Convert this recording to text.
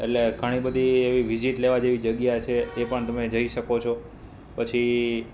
એટલે ઘણી બધી એવી વિઝિટ લેવા જેવી જગ્યા છે એ પણ તમે જઈ શકો છો પછી